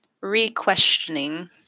re-questioning